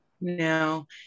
no